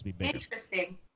Interesting